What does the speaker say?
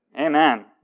Amen